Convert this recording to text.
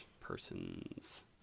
person's